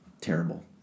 Terrible